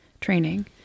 Training